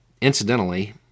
Incidentally